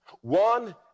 one